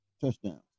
touchdowns